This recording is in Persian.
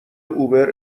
اوبر